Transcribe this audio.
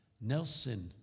Nelson